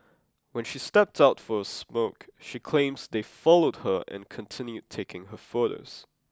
when she stepped out for a smoke she claims they followed her and continued taking her photos